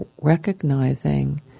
recognizing